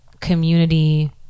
community